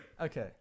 Okay